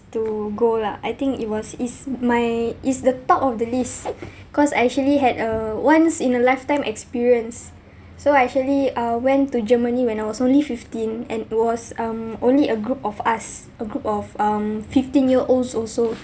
to go lah I think it was is my is the top of the list cause I actually had a once in a lifetime experience so I actually uh went to germany when I was only fifteen and it was um only a group of us a group of um fifteen year olds also